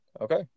Okay